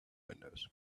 windows